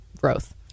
growth